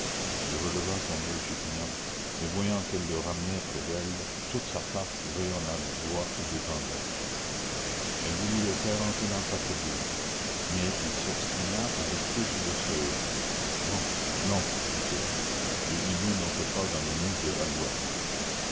il releva son oeil suppliant et voyant qu'elle le ramenait près d'elle toute sa face rayonna de joie et de tendresse elle voulut le faire entrer dans sa cellule mais il s'obstina à rester sur le seuil non non dit-il le hibou n'entre pas dans le nid de l'alouette